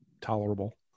tolerable